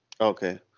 Okay